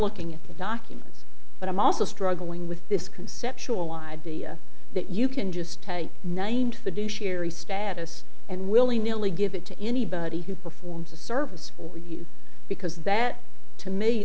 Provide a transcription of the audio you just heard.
looking at the documents but i'm also struggling with this conceptual idea that you can just named the do sherry status and willy nilly give it to anybody who performs a service for you because that to me